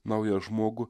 naują žmogų